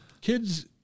kids